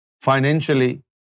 Financially